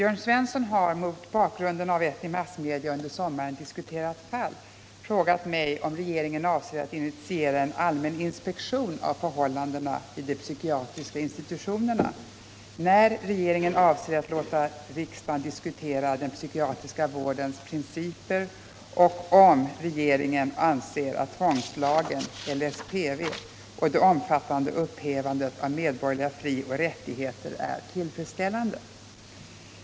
Jörn Svensson har — mot bakgrunden av ett i massmedia under sommaren diskuterat fall — frågat mig om regeringen avser att initiera en allmän inspektion av förhållandena vid de psykiatriska institutionerna, när regeringen avser att låta riksdagen diskutera den psykiatriska vårdens principer och om regeringen anser att tvångslagen LSPV och det omfattande upphävandet av medborgerliga frioch rättigheter är tillfredsställande.